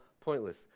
pointless